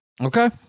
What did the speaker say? okay